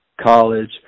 college